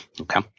okay